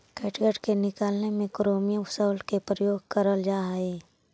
catgut के निकालने में क्रोमियम सॉल्ट के प्रयोग कइल जा हई